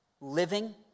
living